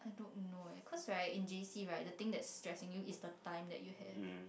I don't know eh cause right in J_C right the thing that is stressing you is the time that you have